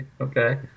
Okay